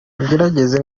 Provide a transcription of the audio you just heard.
ngerageze